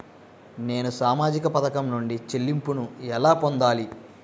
నేను సామాజిక పథకం నుండి చెల్లింపును ఎలా పొందాలి?